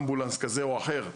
אמבולנס כזה או אחר,